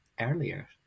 earlier